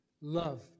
love